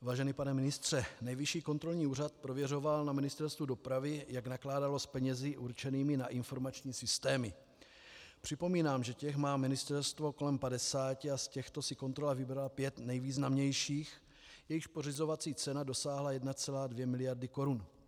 Vážený pane ministře, Nejvyšší kontrolní úřad prověřoval na Ministerstvu dopravy, jak nakládalo s penězi určenými na informační systémy, připomínám, že těch má ministerstvo kolem 50, a z těchto si kontrola vybrala pět nejvýznamnějších, jejichž pořizovací cena dosáhla 1,2 mld. korun.